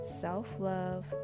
self-love